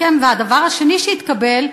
הדבר השני שהתקבל,